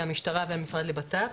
המשטרה והמשרד לבט"פ.